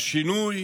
השינוי